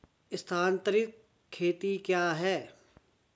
स्थानांतरित खेती क्या है?